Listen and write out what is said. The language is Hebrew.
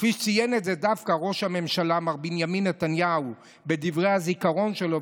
כפי שציין את זה דווקא ראש הממשלה מר בנימין נתניהו בדברי הזיכרון שלו,